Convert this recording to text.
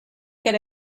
could